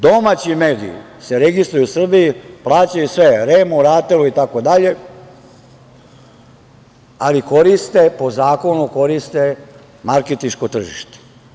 Domaći mediji se registruju u Srbiji, plaćaju sve REM-u, Ratelu itd. ali po zakonu koriste marketinško tržište.